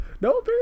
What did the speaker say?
no